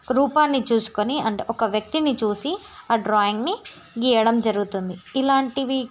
రూపాన్ని చూసుకుని అంటే ఒక వ్యక్తిని చూసి డ్రాయింగ్ని గీయడం జరుగుతుంది ఇలాంటివి